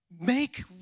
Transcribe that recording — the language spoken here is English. Make